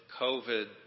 covid